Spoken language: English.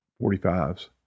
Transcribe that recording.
forty-fives